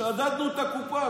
שדדנו את הקופה,